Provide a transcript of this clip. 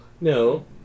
No